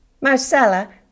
Marcella